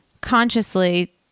consciously